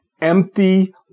empty